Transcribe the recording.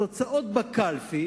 התוצאות בקלפי